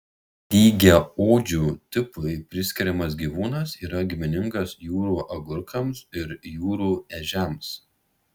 dygiaodžių tipui priskiriamas gyvūnas yra giminingas jūrų agurkams ir jūrų ežiams